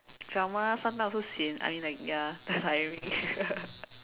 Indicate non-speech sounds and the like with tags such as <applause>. drama sometime also sian I mean like ya <laughs> the timing <laughs>